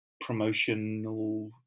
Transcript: promotional